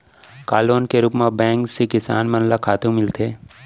का लोन के रूप मा बैंक से किसान मन ला खातू मिलथे?